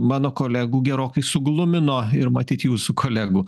mano kolegų gerokai suglumino ir matyt jūsų kolegų